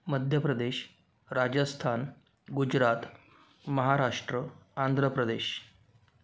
Madhya Pradesh Rajasthan Gujarat Maharashtra Andhra Pradesh